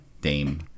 Dame